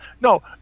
no